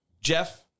Jeff